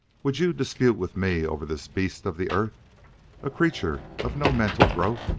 would you dispute with me over this beast of the earth a creature of no mental growth?